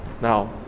Now